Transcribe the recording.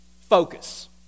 focus